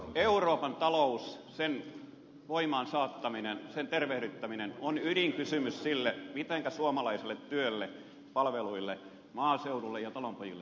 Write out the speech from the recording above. euroopan talous sen voimaansaattaminen sen tervehdyttäminen on ydinkysymys siinä mitenkä suomalaiselle työlle palveluille maaseudulle ja talonpojille käy